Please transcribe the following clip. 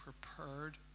prepared